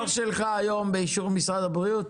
שלך היום הוא באישור משרד הבריאות?